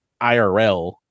IRL